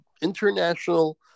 international